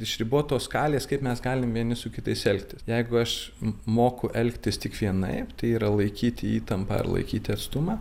iš ribotos skalės kaip mes galime vieni su kitais elgtis jeigu aš moku elgtis tik vienaip tai yra laikyti įtampą ir laikyti atstumą